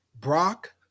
Brock